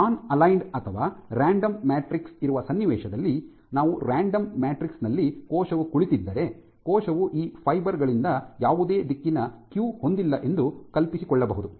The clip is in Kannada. ನಾನ್ ಅಲೈನ್ಡ್ ಅಥವಾ ರಾಂಡಮ್ ಮ್ಯಾಟ್ರಿಕ್ಸ್ ಇರುವ ಸನ್ನಿವೇಶದಲ್ಲಿ ನಾವು ರಾಂಡಮ್ ಮ್ಯಾಟ್ರಿಕ್ಸ್ ನಲ್ಲಿ ಕೋಶವು ಕುಳಿತಿದ್ದರೆ ಕೋಶವು ಈ ಫೈಬರ್ ಗಳಿಂದ ಯಾವುದೇ ದಿಕ್ಕಿನ ಕ್ಯೂ ಹೊಂದಿಲ್ಲ ಎಂದು ಕಲ್ಪಿಸಿಕೊಳ್ಳಬಹುದು